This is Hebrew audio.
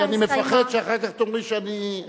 כי אני מפחד שאחר כך תאמרי שאני דומה לתקשורת.